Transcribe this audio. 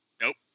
Nope